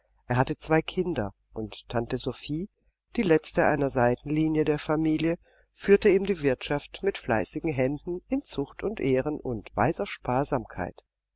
er hatte zwei kinder und tante sophie die letzte einer seitenlinie der familie führte ihm die wirtschaft mit fleißigen händen in zucht und ehren und weiser sparsamkeit